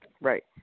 Right